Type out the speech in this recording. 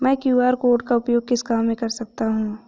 मैं QR code का उपयोग किस काम में कर सकता हूं?